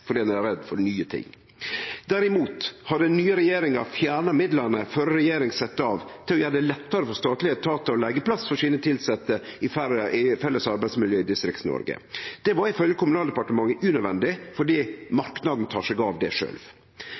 fordi ein er redd for nye ting. Derimot har den nye regjeringa fjerna midlane førre regjering sette av til å gjere det lettare for statlege etatar å leige plass for sine tilsette i felles arbeidsmiljø i Distrikts-Noreg. Det var ifølgje Kommunaldepartementet unødvendig fordi marknaden tek seg av dette sjølv.